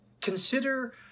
Consider